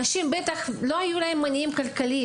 אלה אנשים שבטח לא היו להם מניעים כלכליים.